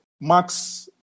Max